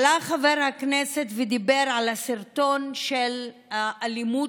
עלה חבר הכנסת ודיבר על הסרטון של האלימות